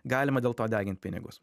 galima dėl to degint pinigus